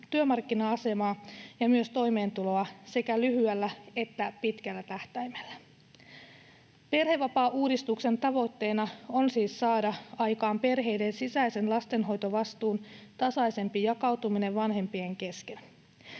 työmarkkina-asemaa ja myös toimeentuloa sekä lyhyellä että pitkällä tähtäimellä. Perhevapaauudistuksen tavoitteena on siis saada aikaan perheiden sisäisen lastenhoitovastuun tasaisempi jakautuminen vanhempien kesken.